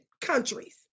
countries